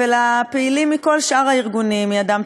ולפעילים מכל שאר הארגונים: מ"אדם,